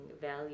value